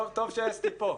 טוב שאסתי כאן.